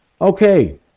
Okay